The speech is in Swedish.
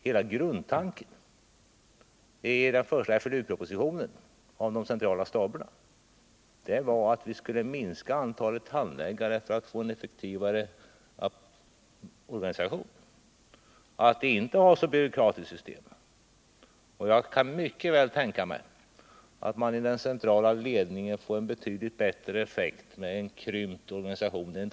Hela grundtanken i förslaget om de centrala staberna var att vi skulle minska antalet handläggare för att få en effektivare organisation, ett mindre byråkratiskt system. Jag kan mycket väl tänka mig att den centrala ledningen blir effektivare med en krympt organisation.